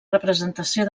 representació